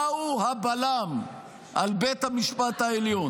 מהו הבלם על בית המשפט העליון?